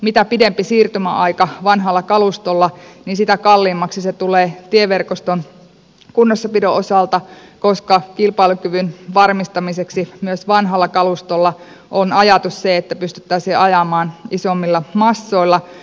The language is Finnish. mitä pidempi siirtymäaika vanhalla kalustolla sitä kalliimmaksi se tulee tieverkoston kunnossapidon osalta koska kilpailukyvyn varmistamiseksi myös vanhalla kalustolla on se ajatus että pystyttäisiin ajamaan isommilla massoilla